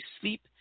sleep